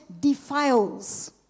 defiles